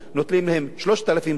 נותנים להם 3,000 דונם,